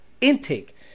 intake